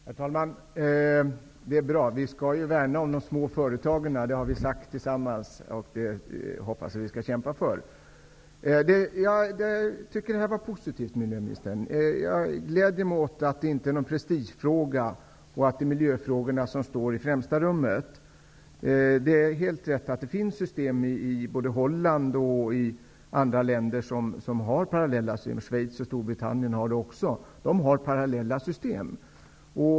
Herr talman! Det är bra. Vi har tillsammans sagt att vi skall värna om de små företagen, och det hoppas jag att vi skall kämpa för. Miljöministerns inlägg var positivt. Jag gläder mig över att detta inte är någon prestigefråga, utan att det är miljöfrågorna som står i främsta rummet. Det är riktigt att det finns system i både Holland och andra länder, såsom Schweiz och Storbritannien, vilka har parallella system.